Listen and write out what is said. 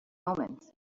omens